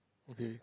okay